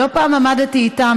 לא פעם עמדתי איתם,